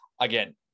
again